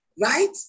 right